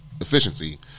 efficiency